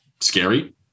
Scary